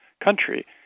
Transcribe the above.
country